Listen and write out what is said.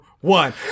one